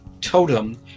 totem